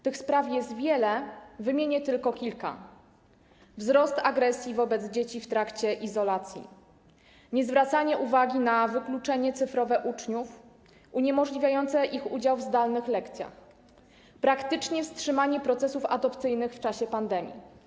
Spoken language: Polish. Tych spraw jest wiele, wymienię tylko kilka: wzrost agresji wobec dzieci w trakcie izolacji, niezwracanie uwagi na wykluczenie cyfrowe uczniów uniemożliwiające ich udział w zdalnych lekcjach, praktycznie wstrzymanie procesów adopcyjnych w czasie pandemii.